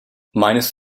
meines